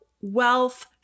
wealth